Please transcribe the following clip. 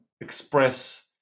express